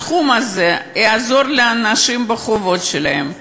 הסכום הזה יעזור לאנשים בחובות שלהם.